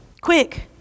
quick